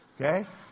Okay